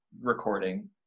recording